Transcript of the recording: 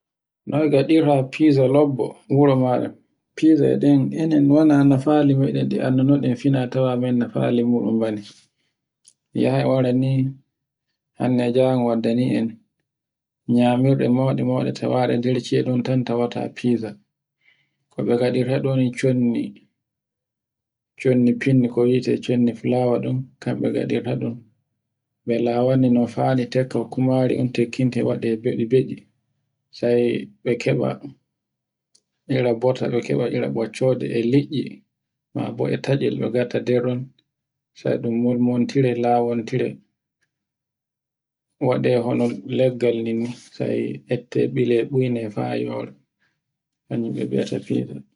Noy ngaɗirta e fiza lobbo wuro maɗa. Fiza e ɗen enen wala nafali meɗen ɗe anndunono en fita tawa menna nafali muɗun bane. Yahai wara ni hande e jango waddani en nyamirɗe mauɗe mauɗe tawaɗe nder cheɗun tan tawata fiza. Ko ɓe ngaɗirta ɗo ni chondi, chondi finni e chondi fulawa ɗon kanɓe ngaɗirta ɗum ɓe lawano ni tekka kumari on tekkinte waɗi ɓeɗi-ɓeɗi sai e ɓe keɓa ira bota, ira bota keɓa ira ɓoccoɗe e liɗɗi e tatcol be ngatta nder ɗum sai ɗum molmoltire lawontire. waɗe hono leggel nini e ette ɓ ilo ni ha yora.